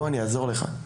בוא אני אעזור לך.